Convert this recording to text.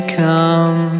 come